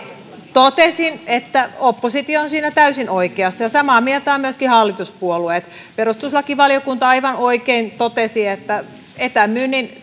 totesin että oppositio on siinä täysin oikeassa ja samaa mieltä ovat myöskin hallituspuolueet perustuslakivaliokunta aivan oikein totesi että etämyynnin